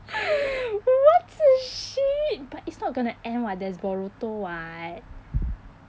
what the shit but it's not gonna end [what] there's boruto [what]